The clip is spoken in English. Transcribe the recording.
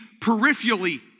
peripherally